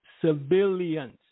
civilians